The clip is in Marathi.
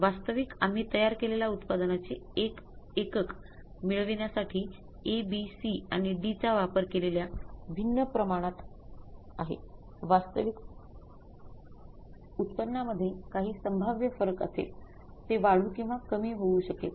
वास्तविक आम्ही तयार केलेल्या उत्पादनाचे 1 एकक मिळविण्यासाठी ए बी सी आणि डी चा वापर केलेल्या भिन्न प्रमाणात आहे वास्तविक उत्पन्नामध्ये काही संभाव्य फरक असेल ते वाढू किंवा कमी होऊ शकेल